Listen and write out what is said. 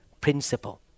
principle